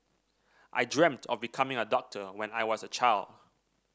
I dreamt of becoming a doctor when I was a child